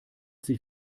sich